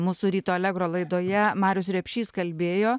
mūsų ryto allegro laidoje marius repšys kalbėjo